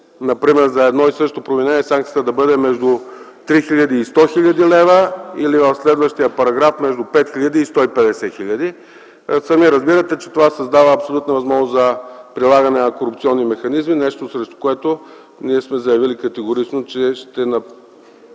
Например за едно и също провинение санкцията да бъде между 3000 и 100 хил. лв., или в следващия параграф – между 5000 и 150 хил. лв. Сами разбирате, че това създава абсолютна възможност за прилагане на корупционни механизми – нещо, срещу което сме заявили категорично, че ще подходим